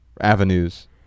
avenues